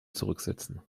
zurücksetzen